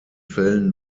fällen